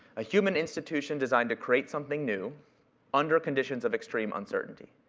a human institution designed to create something new under conditions of extreme uncertainty.